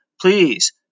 please